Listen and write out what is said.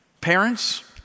Parents